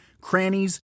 crannies